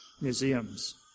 museums